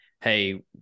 hey